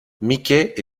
mickey